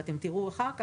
ותראו אחר כך,